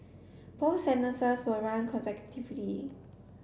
both sentences will run consecutively